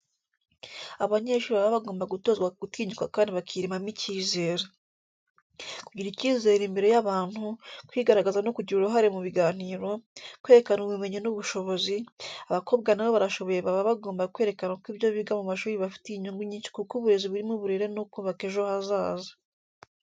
Abanyeshuri baba bagomba gutozwa gutinyuka kandi bakiremamo ikizere. Kugira icyizere imbere y’abantu, kwigaragaza no kugira uruhare mu biganiro, kwerekana ubumenyi n'ubushobozi, abakobwa nabo barashoboye baba bagomba kwerekana ko ibyo biga mu mashuri bibafitiye inyungu nyinshi kuko uburezi burimo uburere no kubaka ejo hazaza.